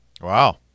Wow